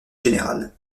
générale